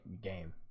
game